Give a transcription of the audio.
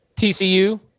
TCU